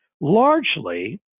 largely